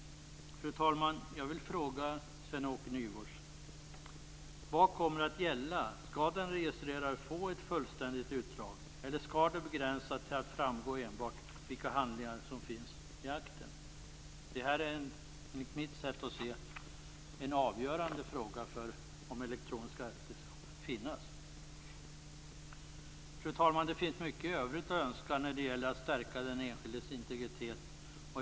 Fru talman! Jag vill fråga Sven-Åke Nygårds: Vad kommer att gälla? Skall den registrerade få ett fullständigt utdrag eller skall det begränsas till att framgå enbart vilka handlingar som finns i akten? Det här är enligt mitt sätt att se en avgörande fråga för om elektroniska akter skall finnas. Fru talman! Det finns mycket övrigt att önska när det gäller att stärka den enskildes integritet.